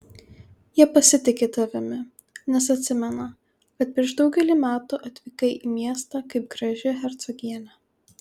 jie pasitiki tavimi nes atsimena kad prieš daugelį metų atvykai į miestą kaip graži hercogienė